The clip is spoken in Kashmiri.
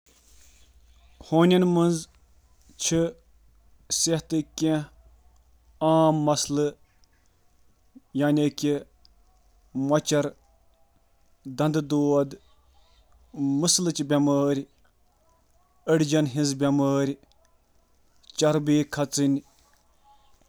ہونٮ۪ن منٛز صحتٕکۍ عام مسلن منٛز چھِ آرتھرائٹس، موٹاپا، دنٛدن ہٕنٛز بٮ۪مٲرۍ، مٕسلہِ ہُنٛد انفیکشن تہٕ باقی بیمارِ شٲمِل۔